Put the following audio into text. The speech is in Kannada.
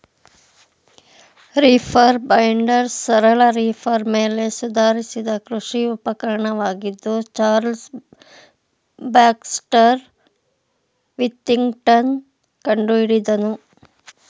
ರೀಪರ್ ಬೈಂಡರ್ ಸರಳ ರೀಪರ್ ಮೇಲೆ ಸುಧಾರಿಸಿದ ಕೃಷಿ ಉಪಕರಣವಾಗಿದ್ದು ಚಾರ್ಲ್ಸ್ ಬ್ಯಾಕ್ಸ್ಟರ್ ವಿಥಿಂಗ್ಟನ್ ಕಂಡುಹಿಡಿದನು